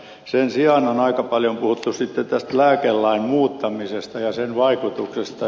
sen sijaan on aika paljon puhuttu sitten tästä lääkelain muuttamisesta ja sen vaikutuksista